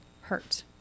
hurt